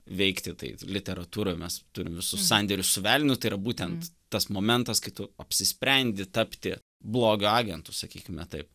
veikti tai literatūroj mes turim visus sandėrius su velniu tai yra būtent tas momentas kai tu apsisprendi tapti blogio agentu sakykime taip